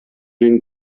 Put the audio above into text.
den